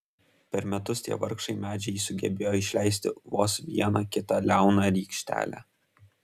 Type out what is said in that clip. per metus tie vargšai medžiai sugebėjo išleisti vos vieną kitą liauną rykštelę